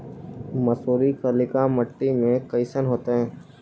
मसुरी कलिका मट्टी में कईसन होतै?